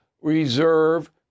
reserve